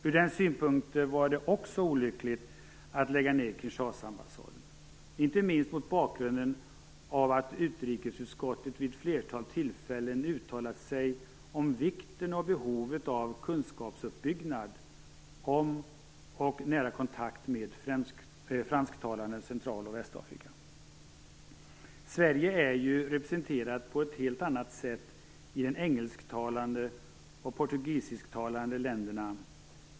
Ur den synpunkten var det också olyckligt att lägga ned Kinshasaambassaden, och inte minst mot bakgrunden av att utrikesutskottet vid ett flertal tillfällen uttalat sig om vikten och behovet av kunskapsuppbyggnad om och nära kontakt med fransktalande Central och Västafrika. Sverige är ju representerat på ett helt annat sätt i de engelsktalande och portugisisktalande länderna.